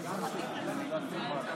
על זה נאמר: קול קורא במדבר.